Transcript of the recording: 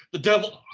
the devil,